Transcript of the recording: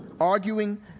arguing